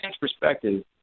perspective